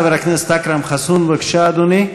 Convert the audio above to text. חבר הכנסת אכרם חסון, בבקשה, אדוני.